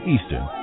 Eastern